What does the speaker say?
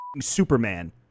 Superman